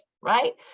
right